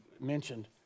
mentioned